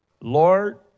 Lord